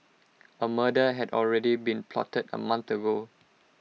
A murder had already been plotted A month ago